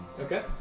Okay